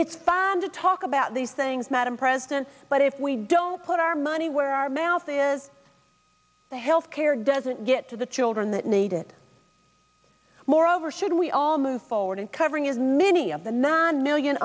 it's fine to talk about these things madam president but if we don't put our money where our mouth is the health care doesn't get to the children that need it moreover should we all move forward and covering as many of the non million